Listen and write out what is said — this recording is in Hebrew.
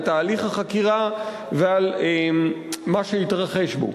על תהליך החקירה ועל מה שהתרחש בו.